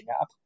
app